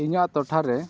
ᱤᱧᱟᱹᱜ ᱴᱚᱴᱷᱟᱨᱮ